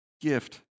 gift